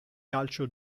calcio